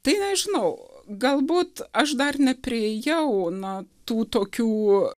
tai nežinau galbūt aš dar nepriėjau na tų tokių